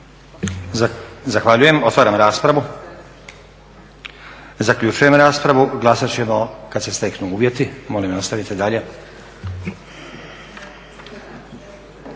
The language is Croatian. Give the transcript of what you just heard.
Zahvaljujem. Otvaram raspravu. Zaključujem raspravu. Glasat ćemo kad se steknu uvjeti. Molim nastavite dalje.